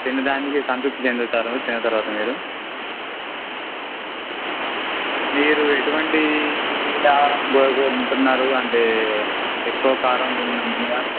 తిన్న దానికి సంతృప్తి చెందుతారు తిన తర్వాత మీరు మీరు ఎటువంటి ఆహారం కోరుకుంటున్నారు అంటే ఎక్కువ కారం ఉన్నదా